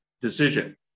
decision